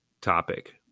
topic